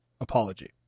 apology